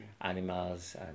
animals